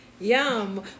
Yum